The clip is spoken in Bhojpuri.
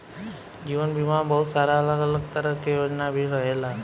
जीवन बीमा में बहुत सारा अलग अलग तरह के योजना भी रहेला